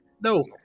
No